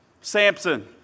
Samson